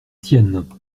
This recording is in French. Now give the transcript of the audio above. siennes